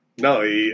No